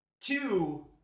two